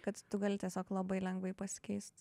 kad tu gali tiesiog labai lengvai pasikeist